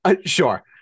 Sure